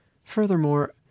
Furthermore